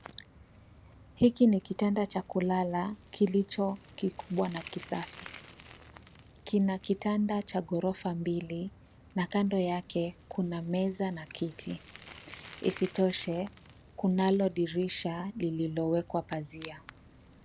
Hiki ni kitanda cha kulala kilicho kikubwa na kisafi. Kina kitanda cha ghorofa mbili na kando yake kuna meza na kiti. Isitoshe kunalo dirisha lililo wekwa pazia.